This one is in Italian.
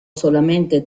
solamente